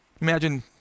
Imagine